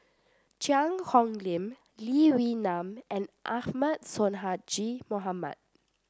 Cheang Hong Lim Lee Wee Nam and Ahmad Sonhadji Mohamad